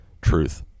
truth